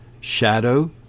shadow